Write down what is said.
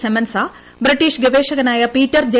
സെമൻസാ British ഗവേഷകനായ Peter J